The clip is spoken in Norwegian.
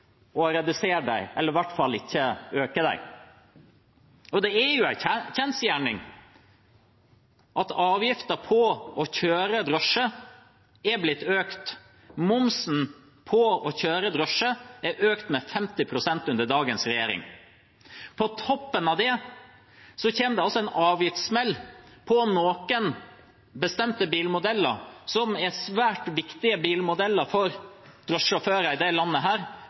redusere dem, eller i hvert fall ikke øke dem? Det er en kjensgjerning at avgifter på å kjøre drosje, er økt. Momsen på å kjøre drosje er økt med 50 pst. under dagens regjering. På toppen av det kommer det en avgiftssmell for noen bestemte bilmodeller som er svært viktige for drosjesjåfører i dette landet